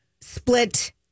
split